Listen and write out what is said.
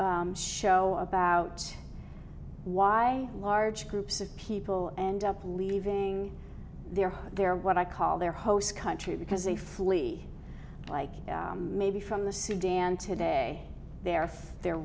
show about why large groups of people end up leaving their home their what i call their host country because they flee like maybe from the sudan today they're if they're